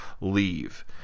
leave